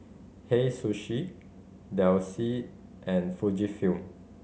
Hei Sushi Delsey and Fujifilm